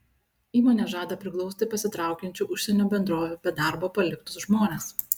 įmonė žada priglausti pasitraukiančių užsienio bendrovių be darbo paliktus žmones